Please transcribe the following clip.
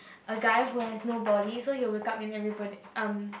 a guy who has no body so he will wake up in everybody um